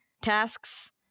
tasks